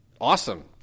awesome